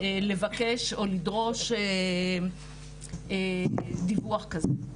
לבקש או לדרוש דיווח כזה.